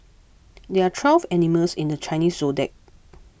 there are twelve animals in the Chinese zodiac